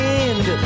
end